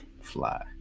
fly